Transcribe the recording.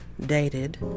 dated